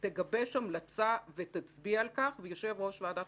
תגבש המלצה ותצביע על כך ויושב-ראש ועדת